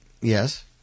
yes